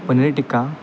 paneer tikka